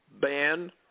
ban